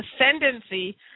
ascendancy